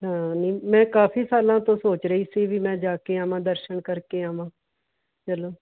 ਹਾਂ ਨਹੀ ਮੈਂ ਕਾਫੀ ਸਾਲਾਂ ਤੋਂ ਸੋਚ ਰਹੀ ਸੀ ਵੀ ਮੈਂ ਜਾ ਕੇ ਆਵਾਂ ਦਰਸ਼ਨ ਕਰਕੇ ਆਵਾਂ ਚਲੋ